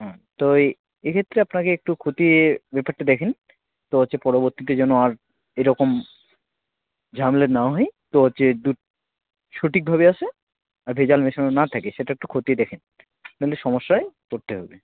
হুম তো এ এক্ষেত্রে আপনাকে একটু খতিয়ে ব্যাপারটা দেখেন তো হচ্ছে পরবর্তীতে যেন আর এরকম ঝামেলা না হয় তো হচ্ছে দুধ সঠিকভাবে আসে আর ভেজাল মেশানো না থাকে সেটা একটু খতিয়ে দেখেন না হলে সমস্যায় পড়তে হবে